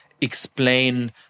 explain